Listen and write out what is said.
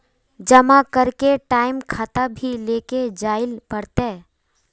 जमा करे के टाइम खाता भी लेके जाइल पड़ते?